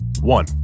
One